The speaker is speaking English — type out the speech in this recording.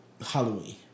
Halloween